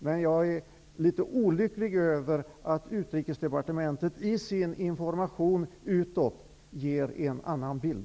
Men jag är litet olycklig över att Utrikesdepartementet i sin information utåt ger en annan bild.